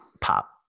pop